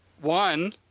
One